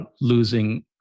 losing